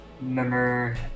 Remember